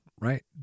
right